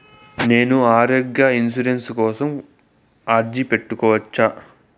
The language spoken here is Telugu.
నేను ఆరోగ్య ఇన్సూరెన్సు కోసం అర్జీ పెట్టుకోవచ్చా?